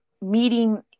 meeting